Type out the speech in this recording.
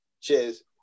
Cheers